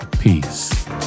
Peace